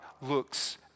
looks